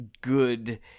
good